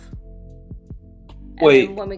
wait